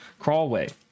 Crawlway